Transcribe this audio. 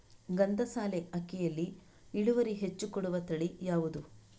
ಗಂಧಸಾಲೆ ಅಕ್ಕಿಯಲ್ಲಿ ಇಳುವರಿ ಹೆಚ್ಚು ಕೊಡುವ ತಳಿ ಯಾವುದು?